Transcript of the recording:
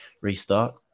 restart